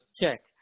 check